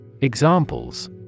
Examples